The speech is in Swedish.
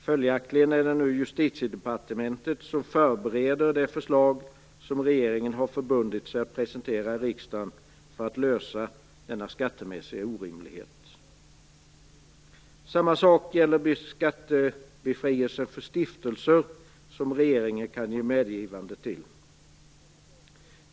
Följaktligen är det Justitiedepartementet som nu förbereder det förslag som regeringen har förbundit sig att presentera riksdagen för att lösa denna skattemässiga orimlighet. Samma sak gäller skattebefrielsen för stiftelser som regeringen kan ge medgivande till.